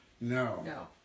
No